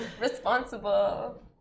responsible